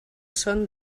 són